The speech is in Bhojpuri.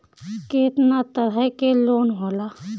केतना तरह के लोन होला?